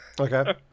Okay